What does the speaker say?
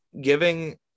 giving